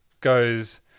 goes